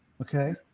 Okay